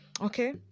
Okay